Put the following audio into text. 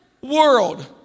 world